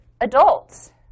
adults